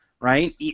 right